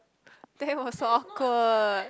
they was awkward